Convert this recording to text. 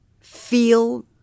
feel